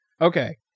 Okay